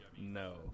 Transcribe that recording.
no